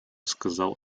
сказал